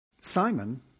Simon